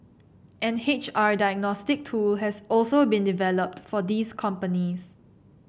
an H R diagnostic tool has also been developed for these companies